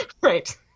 Right